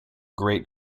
great